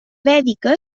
vèdica